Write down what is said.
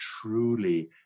truly